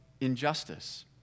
injustice